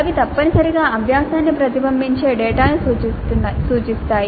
అవి తప్పనిసరిగా అభ్యాసాన్ని ప్రతిబింబించే డేటాను సూచిస్తాయి